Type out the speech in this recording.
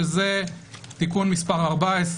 שזה תיקון מס' 14